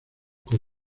con